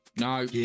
No